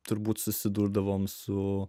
turbūt susidurdavome su